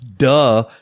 Duh